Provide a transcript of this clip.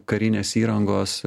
karinės įrangos